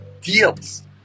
deals